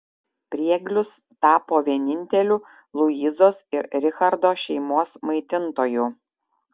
prieglius tapo vieninteliu luizos ir richardo šeimos maitintoju